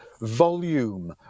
volume